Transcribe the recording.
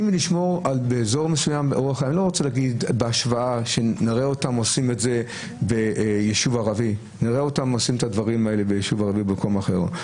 אני לא רוצה להשוות את זה ליישוב ערבי במקום אחר,